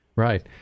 Right